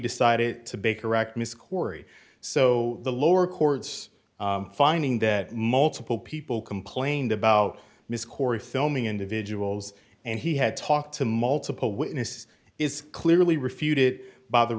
decided to baker act miss corey so the lower court's finding that multiple people complained about miss corey filming individuals and he had talked to multiple witnesses is clearly refuted by the